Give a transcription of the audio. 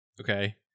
Okay